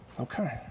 Okay